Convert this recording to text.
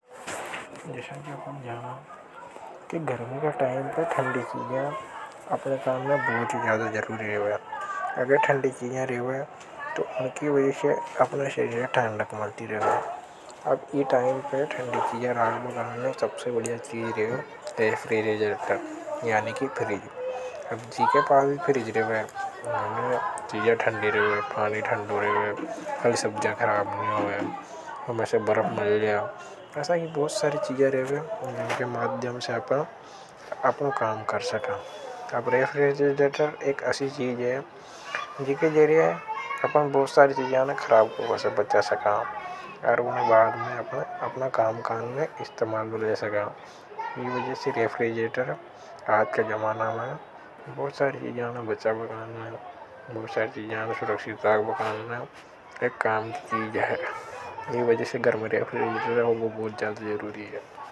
जसा की अपन जाना कि गर्मी का टाइम पर थंडी चीजां अपने काम में बहुत ही ज्यादा जरूर रहे हैं अगर थंडी चीजां रहे हैं तो उनकी वजह से अपन शरीर है। ठंडक मीरेवे यह थंडी चीजें और सबसे बढ़िया चीजें आप प। सब्जा खराब नहीं होगा हम ऐसा बहुत सारी चीजें रहे हैं जिनके माध्यम से अपना काम कर सका अब रेफ्रेजिटर एक। असी चीज है जिसके जरिए अपना बहुत सारी चीजें आने खराब कोई से बच्चा सका और उन्हें बाद में अपना काम-काम। इस्तेमाल लगे सका इन वजह से रिफ्रेजिटर आपके जमाना में बहुत सारी ज्यादान बच्चा बिघर नहीं बहुत सारी। ज्यादान सूरक्षीता आगो अंदर हैं एक कम की जाए अगर वजह से घर में रिफ्रीजिटर होंबो बहुत ज्यादा जरूरी है।